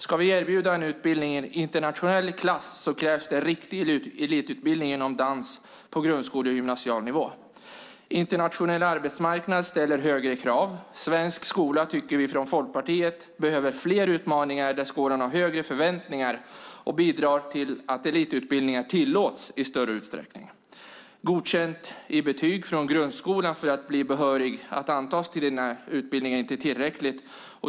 Om vi ska erbjuda en utbildning av internationell klass krävs det en riktig elitutbildning inom dans på grundskolenivå och gymnasial nivå. Internationell arbetsmarknad ställer högre krav. Svensk skola behöver fler utbildningar där skolan har högre förväntningar på sig och bidrar till att elitutbildningar tillåts i större utsträckning, anser vi i Folkpartiet. Godkänt i betyg från grundskolan för att bli behörig att antas till denna utbildning är inte tillräckligt.